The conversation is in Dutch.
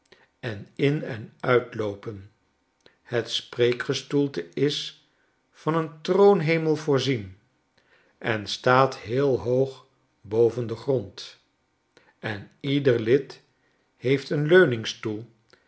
en in en uitloopen het spreekgestoelte is van een troonhemel voorzien en staat heel hoog boven den grond en ieder lid heeft een